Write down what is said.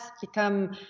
become